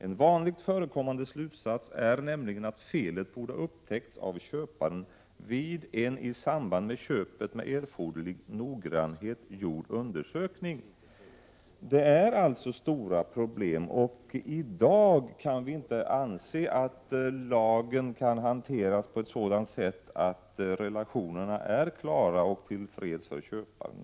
En vanligt förekommande slutsats är nämligen att felet borde ha upptäckts av köparen vid en i samband med köpet med erforderlig noggrannhet gjord undersökning.” Det är alltså stora problem, och i dag kan vi inte anse att lagen kan hanteras på ett sådant sätt att relationerna är klara och tillfredsställande för köparen.